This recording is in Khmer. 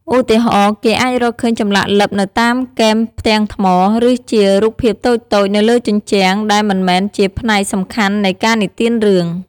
ឧទាហរណ៍ គេអាចរកឃើញចម្លាក់លិបនៅតាមគែមផ្ទាំងថ្ម ឬជារូបភាពតូចៗនៅលើជញ្ជាំងដែលមិនមែនជាផ្នែកសំខាន់នៃការនិទានរឿង។